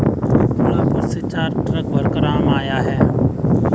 कोहलापुर से चार ट्रक भरकर आम आया है